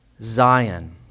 Zion